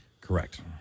Correct